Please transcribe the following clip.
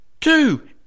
Two